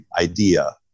idea